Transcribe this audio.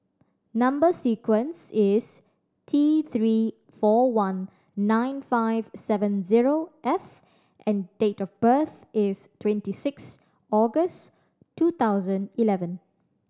number sequence is T Three four one nine five seven zero F and date of birth is twenty six August two thousand eleven